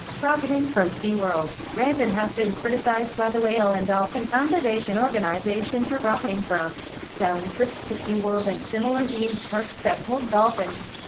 profiting from seaworld branson has been criticised by the whale and dolphin conservation organisation for profiting from selling trips to seaworld and similar themed parks that hold dolphins,